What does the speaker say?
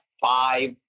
five